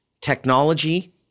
technology